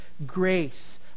Grace